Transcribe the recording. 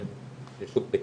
שוב,